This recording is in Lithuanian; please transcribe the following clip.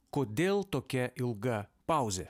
kodėl tokia ilga pauzė